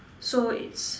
so it's